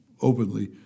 openly